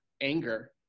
anger